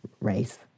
Race